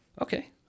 Okay